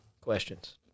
Questions